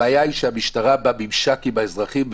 הבעיה היא המשטרה בממשק עם האזרחים,